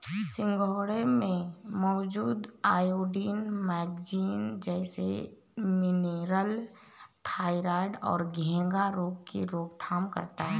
सिंघाड़े में मौजूद आयोडीन, मैग्नीज जैसे मिनरल्स थायरॉइड और घेंघा रोग की रोकथाम करता है